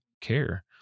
care